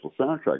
soundtrack